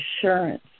assurance